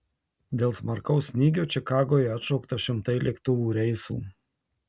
dėl smarkaus snygio čikagoje atšaukta šimtai lėktuvų reisų